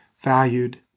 valued